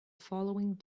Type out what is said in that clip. following